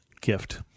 gift